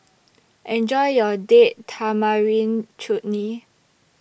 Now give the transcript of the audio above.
Enjoy your Date Tamarind Chutney